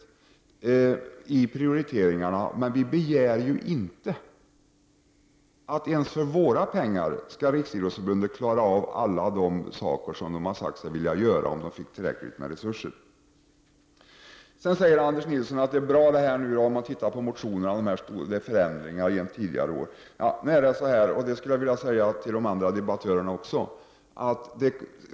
Men vi begär inte att Riksidrottsförbundet, ens med det anslag vi vill ge förbundet, skall klara av allt man har sagt sig vilja göra, om man får tillräckligt med resurser. Sedan säger Anders Nilsson att det är bra att det är en del förändringar gentemot tidigare år, om man ser på de motioner som har lagts fram.